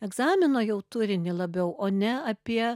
egzamino jau turinį labiau o ne apie